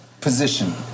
position